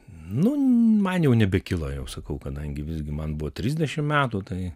nu man jau nebekilo jau sakau kadangi visgi man buvo trisdešim metų tai